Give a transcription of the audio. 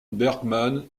bergmann